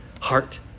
heart